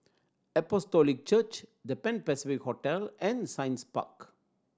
Apostolic Church The Pan Pacific Hotel and Science Park